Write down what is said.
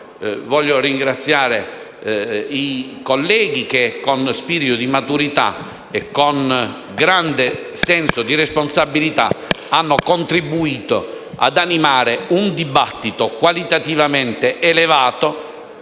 il relatore e i colleghi che, con spirito di maturità e con grande senso di responsabilità, hanno contribuito ad animare un dibattito qualitativamente elevato,